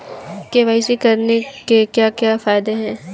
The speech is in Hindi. के.वाई.सी करने के क्या क्या फायदे हैं?